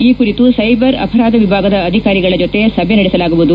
ಈ ಕುರಿತು ಸೈಬರ್ ಅಪರಾಧ ವಿಭಾಗದ ಅಧಿಕಾರಿಗಳ ಜೊತೆ ಸಭೆ ನಡೆಸಲಾಗುವುದು